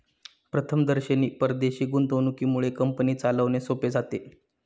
प्रथमदर्शनी परदेशी गुंतवणुकीमुळे कंपनी चालवणे सोपे जाते